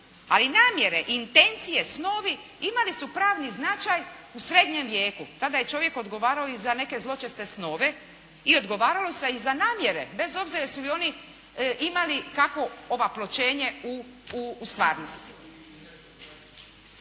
ali namjere, intencije, snovi, imali su pravni značaj u srednjem vijeku, kada je čovjek odgovarao i za neke zločeste snove i odgovaralo se i za namjere, bez obzira jesu li oni imali kakvo … /Govornik